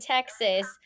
Texas